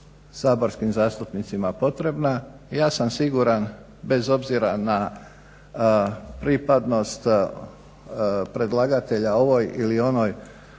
saborskim zastupnicima potrebna. Ja sam siguran bez obzira na pripadnost predlagatelja ovoj ili onoj